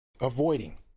avoiding